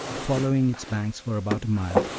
following its banks for about a mile,